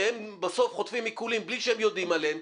שהם בסוף חוטפים עיקולים בלי שהם יודעים עליהם,